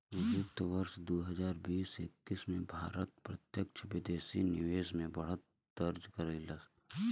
वित्त वर्ष दू हजार बीस एक्कीस में भारत प्रत्यक्ष विदेशी निवेश में बढ़त दर्ज कइलस